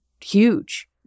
huge